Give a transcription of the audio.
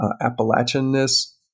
Appalachian-ness